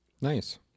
Nice